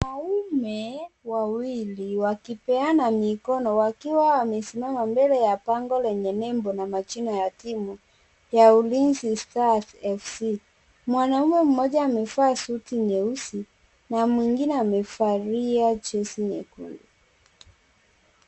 Wanaume wawili wakioeana mikono wakiwa wamesimama mbele ya bango lenye nembo na majina ya timu ya Ulinzi stars fc. Mwanamume mmoja amevaa suti nyeusi na mwengine amevalia jezi nyekundu.